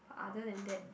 other than that